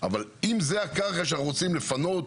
אבל האם זאת הקרקע שאנחנו רוצים לפנות?